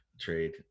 trade